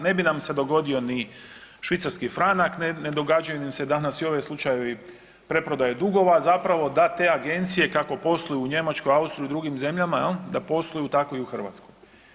Ne bi nam se dogodio ni švicarski franak, ne događaju nam se danas ni ovi slučajevi preprodaje dugova zapravo da te agencije kako posluju u Njemačkoj, u Austriji, u drugim zemljama jel da posluju tako i u Hrvatskoj.